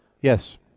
Yes